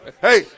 Hey